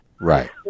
Right